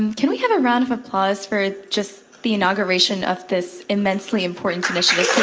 can we have a round of applause for just the inauguration of this immensely important initiative,